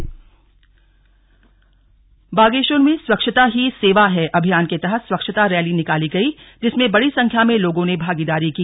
slug स्वच्छता ही सेवा बागेश्वर में स्वच्छता ही सेवा है अभियान के तहत स्वच्छता रैली निकाली गई जिसमें बड़ी संख्या में लोगों ने भागीदारी की